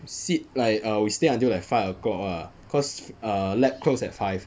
sit like err we stay until like five o'clock lah cause err lab close at five